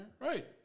right